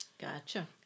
Gotcha